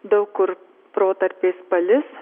daug kur protarpiais palis